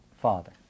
Father